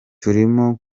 turimo